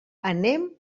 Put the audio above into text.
anem